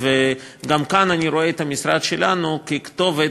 גם כאן אני רואה את המשרד שלנו ככתובת,